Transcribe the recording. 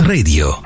Radio